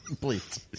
Please